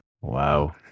Wow